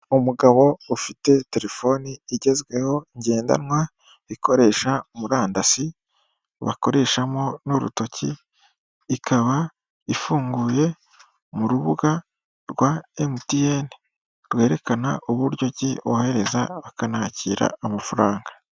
Umugabo ufite telefoni igezweho ngendanwa ikoresha murandasi, bakoreshamo n'urutoki ikaba ifunguye mu rubuga rwa MTN rwerekana uburyo ki bohereza bakanakira amafaranga.